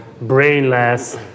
brainless